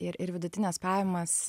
ir ir vidutines pajamas